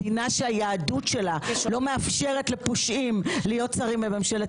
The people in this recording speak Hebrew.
מדינה שהיהדות שלה לא מאפשרת לפושעים להיות שרים בממשלת